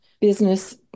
business